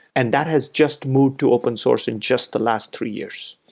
and that has just moved to open source in just the last three years.